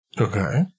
Okay